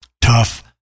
Tough